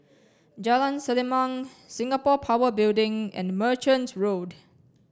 Jalan Selimang Singapore Power Building and Merchant Road